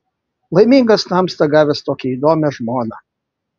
laimingas tamsta gavęs tokią įdomią žmoną